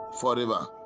forever